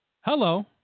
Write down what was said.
Hello